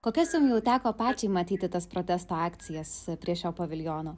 kokias jum jau teko pačiai matyti tas protesto akcijas prie šio paviljono